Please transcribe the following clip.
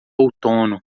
outono